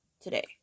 today